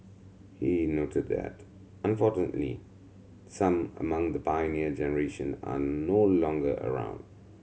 he noted that unfortunately some among the Pioneer Generation are no longer around